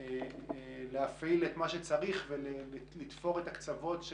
להפעיל מה שצריך ולתפור את הקווצות.